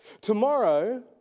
Tomorrow